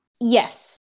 Yes